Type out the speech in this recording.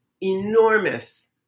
enormous